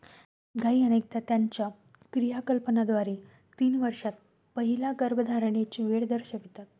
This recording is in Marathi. गायी अनेकदा त्यांच्या क्रियाकलापांद्वारे तीन वर्षांत पहिल्या गर्भधारणेची वेळ दर्शवितात